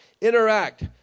interact